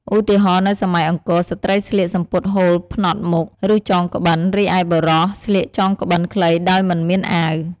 ឧទាហរណ៍ នៅសម័យអង្គរ ស្ត្រីស្លៀកសំពត់ហូលផ្នត់មុខ ឬចងក្បិន រីឯបុរសស្លៀកចងក្បិនខ្លីដោយមិនមានអាវ។